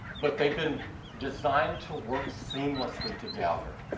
but they've been designed to work seamlessly together.